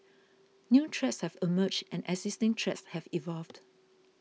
new threats have emerged and existing threats have evolved